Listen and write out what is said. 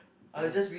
ya